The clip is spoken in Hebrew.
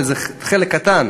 זה חלק קטן,